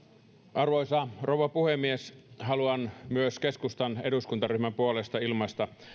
arvoisa rouva puhemies haluan myös keskustan eduskuntaryhmän puolesta ilmaista